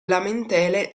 lamentele